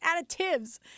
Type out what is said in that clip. additives